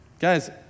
Guys